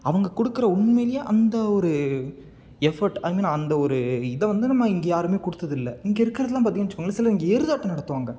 அவங்க கொடுக்கற உண்மையிலேயே அந்த ஒரு எஃபோர்ட் ஐ மீன் அந்த ஒரு இதை வந்து நம்ம இங்கே யாருமே கொடுத்ததில்ல இங்கே இருக்கிறதெல்லாம் பார்த்தீங்கன்னு வெச்சுக்கோங்களேன் சில இங்கே எருதாட்டம் நடத்துவாங்க